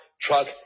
truck